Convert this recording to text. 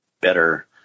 better